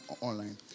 online